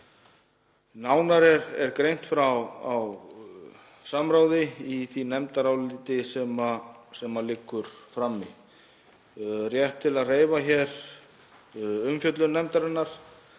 Nánar er greint frá samráði í því nefndaráliti sem liggur frammi. Rétt til að reifa hér umfjöllun nefndarinnar